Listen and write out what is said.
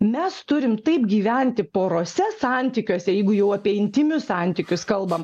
mes turim taip gyventi porose santykiuose jeigu jau apie intymius santykius kalbam